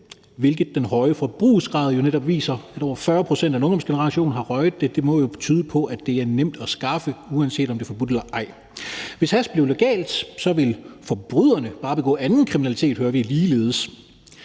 hvilket den høje forbrugsgrad jo netop viser – over 40 pct. af en ungdomsgeneration har røget det – og det må jo tyde på, at det er nemt at skaffe, uanset om det er forbudt eller ej. 4) Hvis hash blev legalt, ville forbryderne bare begå anden kriminalitet, hører vi ligeledes.